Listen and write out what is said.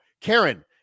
Karen